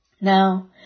Now